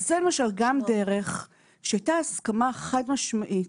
זו גם דרך שהייתה הסכמה חד-משמעית